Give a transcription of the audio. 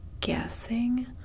guessing